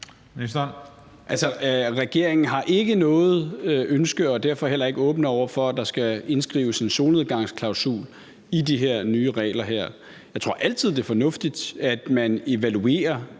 regeringen har ikke noget ønske om og er derfor heller ikke åbne over for, at der skal indføres en solnedgangsklausul i de her nye regler. Jeg tror altid, det er fornuftigt, at man evaluerer